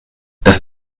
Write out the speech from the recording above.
das